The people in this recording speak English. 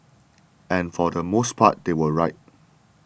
and for the most part they were right